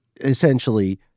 essentially